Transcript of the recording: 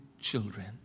children